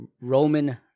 Roman